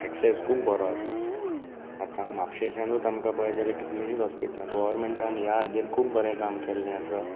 access खूब बरो आसा आतां म्हपशेशानूच आमकां पळेत जाल्यार आमकां कितलीशींच हॉस्पिटलां गोरमेंटान ह्या हाजेर खूब बरें काम केल्लें आसा